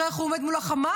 תראה איך הוא עומד מול החמאס,